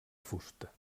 fusta